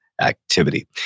activity